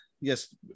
yes